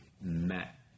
met